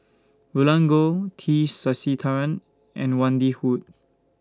Roland Goh T Sasitharan and Wendy Hutton